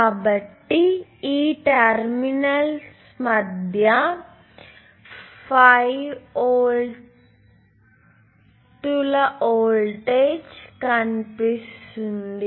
కాబట్టి ఈ టెర్మినల్స్ మధ్య 5 వోల్టుల వోల్టేజ్ కనిపిస్తుంది